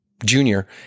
junior